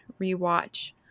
rewatch